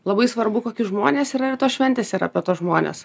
labai svarbu kokie žmonės yra ir tos šventės ir apie tuos žmones